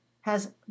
has